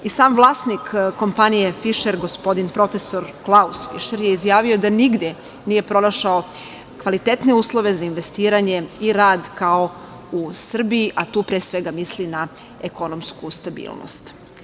I sam vlasnik kompanije „Fišer“, gospodin profesor Klaus Fišer je izjavio da nigde nije pronašao kvalitetne uslove za investiranje i rad kao u Srbiji, a tu pre svega misli na ekonomsku stabilnost.